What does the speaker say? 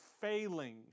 failing